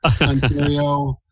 Ontario